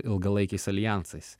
ilgalaikiais aljansais